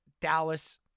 Dallas